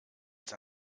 als